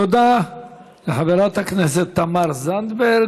תודה לחברת הכנסת תמר זנדברג.